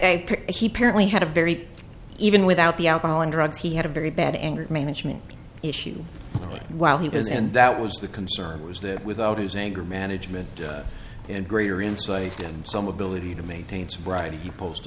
he parents had a very even without the alcohol and drugs he had a very bad anger management issue while he was and that was the concern was that without his anger management and greater insight and some ability to maintain sobriety he p